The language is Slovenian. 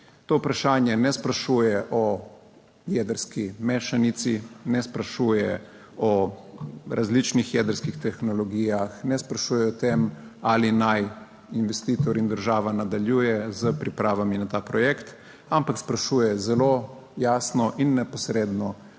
To vprašanje ne sprašuje o jedrski mešanici, ne sprašuje o različnih jedrskih tehnologijah, ne sprašuje o tem, ali naj investitor in država nadaljuje s pripravami na ta projekt, ampak sprašuje zelo jasno in neposredno,